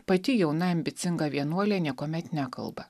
pati jauna ambicinga vienuolė niekuomet nekalba